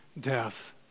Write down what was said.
death